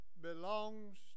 belongs